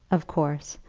of course,